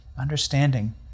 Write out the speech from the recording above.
understanding